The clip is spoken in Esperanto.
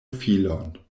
filon